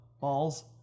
balls